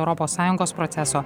europos sąjungos proceso